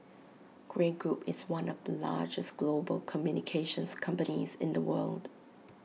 Grey Group is one of the largest global communications companies in the world